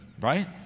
right